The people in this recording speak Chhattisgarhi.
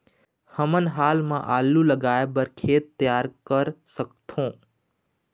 हमन हाल मा आलू लगाइ बर खेत तियार कर सकथों?